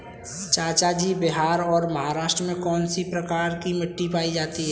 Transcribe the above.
चाचा जी बिहार और महाराष्ट्र में कौन सी प्रकार की मिट्टी पाई जाती है?